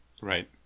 Right